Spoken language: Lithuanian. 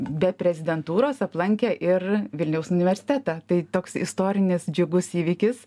be prezidentūros aplankė ir vilniaus universitetą tai toks istorinis džiugus įvykis